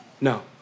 no